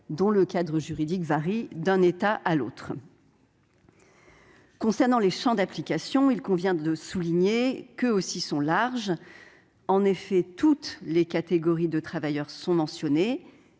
dont le cadre juridique varie d'un État à l'autre. Concernant les champs d'application, il convient de souligner qu'eux aussi sont larges. En effet, toutes les catégories de travailleurs sont mentionnées,